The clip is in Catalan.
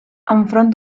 enfront